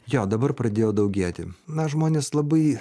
jo dabar pradėjo daugėti na žmonės labai